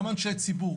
גם של אנשי ציבור,